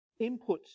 inputs